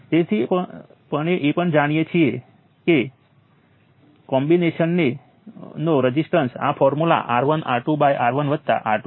તેથી ચાલો હું કામ કરવા માટે એક ઉદાહરણ તરીકે કેટલાક સર્કિટ નીચે મૂકું